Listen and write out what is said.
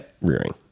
rearing